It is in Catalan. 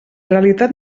realitat